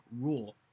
rule